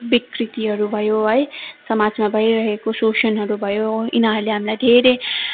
विकृतिहरू भयो है समाजमा भइरहेको शोषणहरू भयो यिनीहरूले हामीलाई धेरै